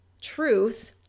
truth